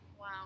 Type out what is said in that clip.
Wow